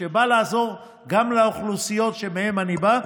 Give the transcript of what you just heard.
שבא לעזור גם לאוכלוסיות שמהן אני בא,